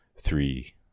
three